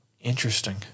Interesting